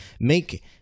Make